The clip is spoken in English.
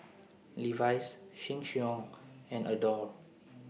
Levi's Sheng Siong and Adore